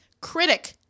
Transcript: critic